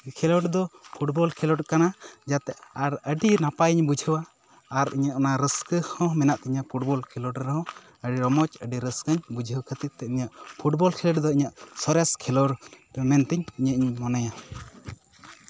ᱠᱷᱮᱞᱳᱰ ᱫᱚ ᱯᱷᱩᱴᱵᱚᱞ ᱠᱷᱮᱞᱳᱰ ᱠᱟᱱᱟ ᱡᱟᱛᱮ ᱟᱨ ᱟᱹᱰᱤ ᱱᱟᱯᱟᱭ ᱤᱧ ᱵᱩᱡᱷᱟᱹᱣᱟ ᱟᱨ ᱤᱧᱟᱹᱜ ᱚᱱᱟ ᱨᱟᱹᱥᱠᱟᱹ ᱦᱚᱸ ᱢᱮᱱᱟᱜ ᱛᱤᱧᱟ ᱯᱷᱩᱴᱵᱚᱞ ᱠᱷᱮᱞᱳᱰ ᱨᱮᱦᱚᱸ ᱟᱹᱰᱤ ᱨᱚᱢᱚᱡᱽ ᱟᱹᱰᱤ ᱨᱟᱹᱥᱠᱟᱹᱧ ᱵᱩᱡᱷᱟᱹᱣ ᱠᱷᱟᱹᱛᱤᱨ ᱛᱮ ᱯᱷᱩᱴᱵᱚᱞ ᱠᱷᱮᱞᱳᱰ ᱫᱚ ᱤᱧᱟᱹᱜ ᱥᱚᱨᱮᱥ ᱠᱷᱮᱞᱳᱰ ᱢᱮᱱᱛᱤᱧ ᱢᱚᱱᱮᱭᱟ